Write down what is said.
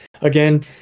again